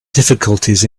difficulties